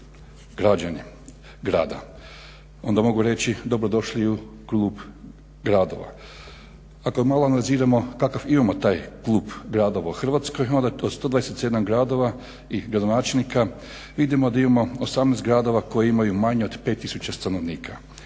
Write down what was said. građani grada. Onda mogu reći dobro došli i u klub gradova. Ako malo analiziramo kakav imamo taj klub gradova u Hrvatskoj onda je to 127 gradova i gradonačelnika, vidimo da imamo 18 gradova koji imaju manje od 5000 stanovnika.